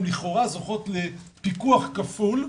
הם לכאורה זוכות לפיקוח כפול,